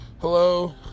Hello